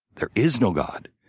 there is no god.